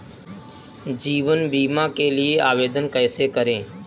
जीवन बीमा के लिए आवेदन कैसे करें?